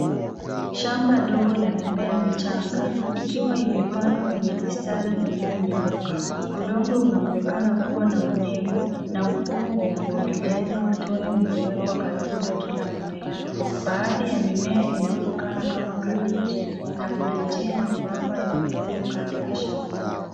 Shamba dogo la mimea michanga ikiwa imepandwa kwenye mistari ilinyooka. Udongo unaonekana kuwa na unyevu na mfumo wa umwagiliaji matone umewekwa karibu na kila mmea. Baadhi ya mimea inaonekana kama kabichi na kuna njia nyebamba ya udongo kando ya shamba.